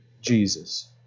jesus